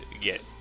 get